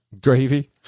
Gravy